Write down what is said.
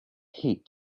heat